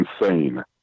insane